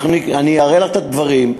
אני אראה לך את הדברים.